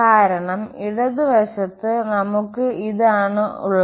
കാരണം ഇടത് വശത്ത് നമുക്ക് ഉണ്ട്